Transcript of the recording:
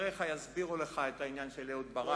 חבריך יסבירו לך את העניין של אהוד ברק.